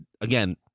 again